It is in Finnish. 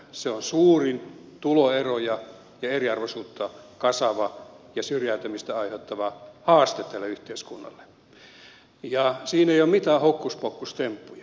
se on suurin tuloeroja ja eriarvoisuutta kasaava ja syrjäytymistä aiheuttava haaste tälle yhteiskunnalle ja siinä ei ole mitään hokkuspokkustemppuja